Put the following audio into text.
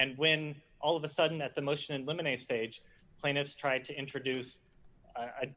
and when all of a sudden that the motion limited stage plaintiffs tried to introduce